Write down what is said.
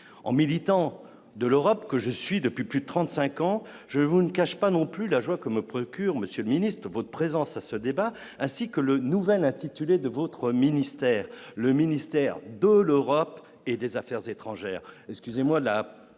en militant de l'Europe, que je suis depuis plus de 35 ans je vous ne cache pas non plus la joie que me procure, monsieur le ministre, votre présence à ce débat, ainsi que le nouvel intitulé de votre ministère, le ministère de l'Europe et des Affaires étrangères,